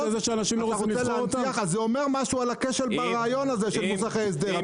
זה אומר משהו על הכשל ברעיון הזה של מוסכי הסדר,